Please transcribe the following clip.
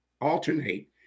alternate